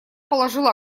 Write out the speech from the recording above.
положила